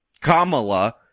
Kamala